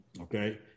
Okay